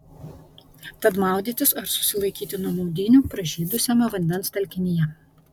tad maudytis ar susilaikyti nuo maudynių pražydusiame vandens telkinyje